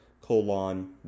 colon